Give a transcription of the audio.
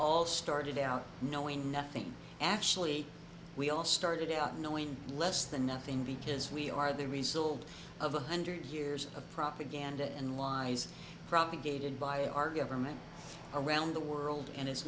all started out knowing nothing actually we all started out knowing less than nothing because we are the result of a hundred years of propaganda and lies propagated by our government around the world and it's